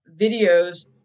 videos